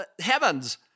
heavens